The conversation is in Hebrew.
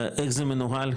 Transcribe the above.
איך זה מנוהל,